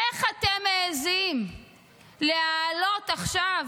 איך אתם מעיזים להעלות עכשיו